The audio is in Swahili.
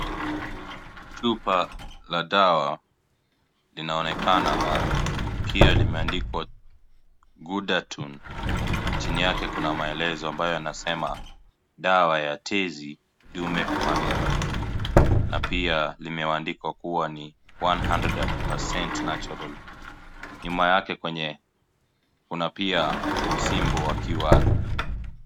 Chupa la dawa linaonekana na pia limeandikwa gudatone chini yake Kuna maelezo ambayo yanasema dawa ya tezi dume kupanuka na pia limeandikwa kuwa ni (cs) 100% natural (cs) nyuma yake Kuna pia msimbo wa QR.